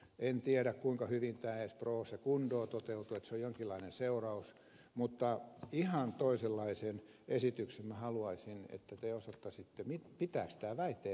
en tiedä kuinka hyvin tämä edes pro secundo toteutuu että se on jonkinlainen seuraus mutta ihan toisenlaisen esityksen minä haluaisin sellaisen että te osoittaisitte pitääkö tämä väite edes paikkaansa